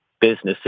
businesses